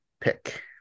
pick